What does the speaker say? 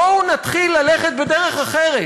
בואו נתחיל ללכת בדרך אחרת,